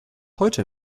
heute